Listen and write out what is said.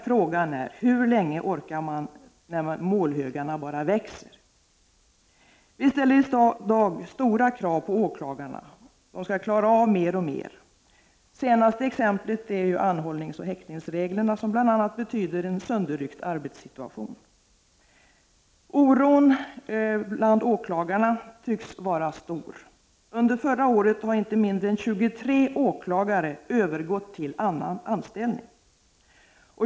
Frågan är dock hur länge man orkar när målhögarna bara växer. Vi ställer i dag stora krav på åklagarna. De skall klara av mer och mer. Senaste exemplet är de nya anhållningsoch häktningsreglerna som bl.a. medför en sönderryckt arbetssituation. Oron bland åklagarna tycks nu vara stor. Under förra året har inte mindre än 23 åklagare övergått till annan anställning.